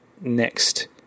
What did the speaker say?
next